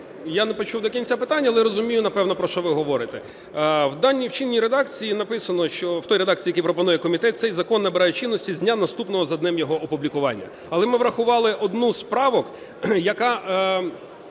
Я не почув до кінця питання, але розумію, напевно, про що ви говорите. В даній чинній редакції написано, в тій редакції, яку пропонує комітет, цей закон набирає чинності з дня наступного за днем його опублікування. Але ми врахували одну з правок, яка